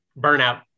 burnout